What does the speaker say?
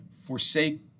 forsake